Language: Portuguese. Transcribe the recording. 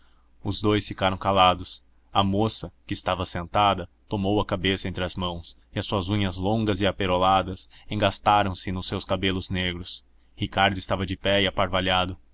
os dous ficaram calados a moça que estava sentada tomou a cabeça entre as mãos e as suas unhas longas e aperoladas engastaram se nos seus cabelos negros ricardo estava de pé e